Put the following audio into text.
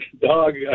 dog